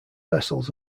vessels